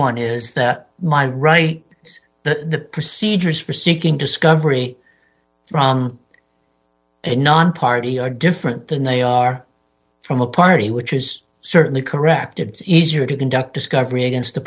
one is the mind right it's the procedures for seeking discovery from non party are different than they are from a party which is certainly correct it's easier to conduct discovery against the